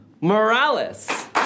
Morales